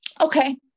okay